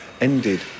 ended